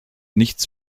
nichts